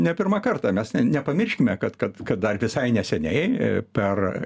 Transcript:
ne pirmą kartą mes nepamirškime kad kad kad dar visai neseniai per